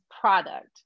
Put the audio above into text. product